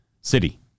City